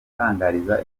atangariza